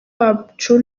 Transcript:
wacu